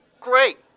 Great